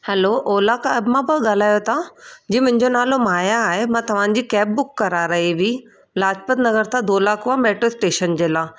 हलो Ola cab मां पिया ॻाल्हायो तव्हां जी मुंहिंजो नालो माया आहे मां तव्हांजी कैब बुक करा राई हुई लाजपतनगर तां धोलाकुंआ मेटिरो स्टेशन लाइ